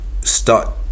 start